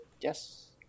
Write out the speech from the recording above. yes